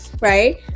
right